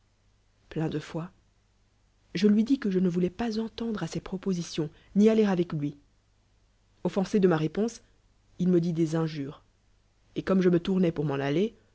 pleeü de foi je lui dis que je ne voulois pas entendre à ses proposi tions ni aller avec lui offensé de ma réponse il me dit des injures et comme je me tournois pour men aile